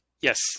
Yes